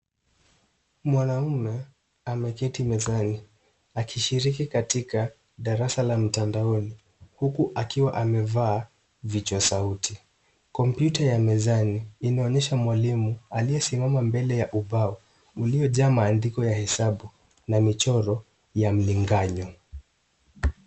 Mwanamme ameketi mezani. Akishiriki katika, darasa la mtandaoni. Huku akiwa amevaa vichwa sauti. Kompyuta ya mezani, inaonyesha mwalimu aliyesimama mbele ya ubao, uliojaa maandiko ya hesabu. Na michoro ya mlinganyo.